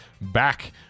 back